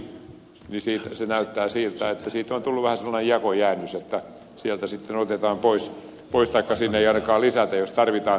näyttää siltä että niistä on tullut vähän semmoinen jakojäännös että sieltä sitten otetaan pois taikka sinne ei ainakaan lisätä jos tarvitaan